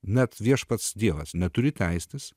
net viešpats dievas neturi teisės